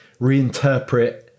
reinterpret